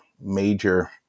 major